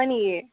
হয় নেকি